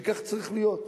וכך צריך להיות.